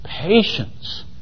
patience